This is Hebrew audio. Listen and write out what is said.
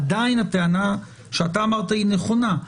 עדיין הטענה שאביר קארה אמר נכונה: